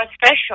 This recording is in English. special